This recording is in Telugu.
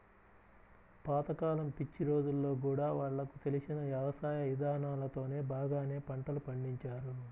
పాత కాలం పిచ్చి రోజుల్లో గూడా వాళ్లకు తెలిసిన యవసాయ ఇదానాలతోనే బాగానే పంటలు పండించారు